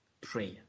prayer